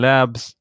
Labs